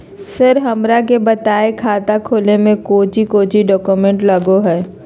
Sir हमरा के बताएं खाता खोले में कोच्चि कोच्चि डॉक्यूमेंट लगो है?